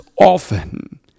often